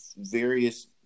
various